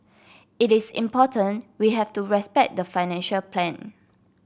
it is important we have to respect the financial plan